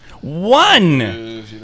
One